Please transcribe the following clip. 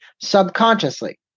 subconsciously